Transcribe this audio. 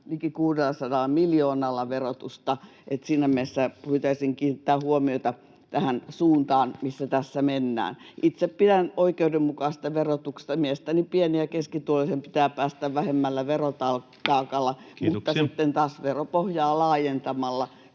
liki 600 miljoonalla verotusta, että siinä mielessä pyytäisin kiinnittämään huomiota tähän suuntaan, mihin tässä mennään. Itse pidän oikeudenmukaisesta verotuksesta: mielestäni pieni- ja keskituloisen pitää päästä vähemmällä verotaakalla, [Puhemies: Kiitoksia!] mutta sitten taas veropohjaa laajentamalla